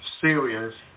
serious